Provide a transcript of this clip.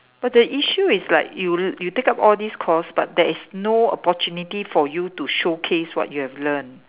but the issue is like you you take up all these course but there is no opportunity for you to showcase what you have learnt